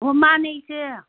ꯑꯣ ꯃꯥꯅꯦ ꯏꯆꯦ